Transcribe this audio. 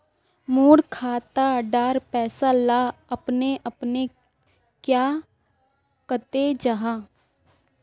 मोर खाता डार पैसा ला अपने अपने क्याँ कते जहा?